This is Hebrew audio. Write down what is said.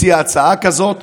הציע הצעה כזאת,